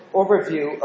overview